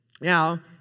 Now